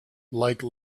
like